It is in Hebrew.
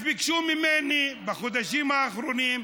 אז ביקשו ממני בחודשים האחרונים: